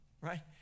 right